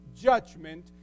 judgment